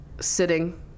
sitting